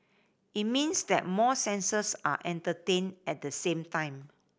it means that more senses are entertained at the same time